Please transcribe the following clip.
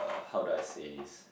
how do I say this